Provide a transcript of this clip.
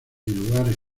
lugares